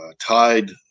tied